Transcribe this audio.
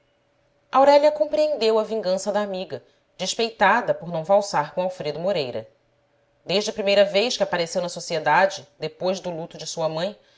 aurélia compreendeu a vingança da amiga despeitada por não valsar com o alfredo moreira desde a primeira vez que apareceu na sociedade depois do luto de sua mãe